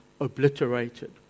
obliterated